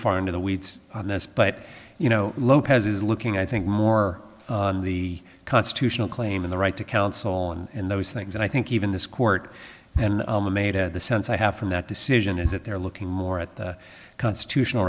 far into the weeds on this but you know lopez is looking i think more on the constitutional claim in the right to counsel and those things and i think even this court and the sense i have from that decision is that they're looking more at the constitutional